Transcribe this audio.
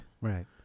Right